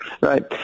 Right